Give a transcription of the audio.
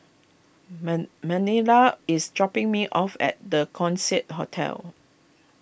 Men Manila is dropping me off at the Keong Saik Hotel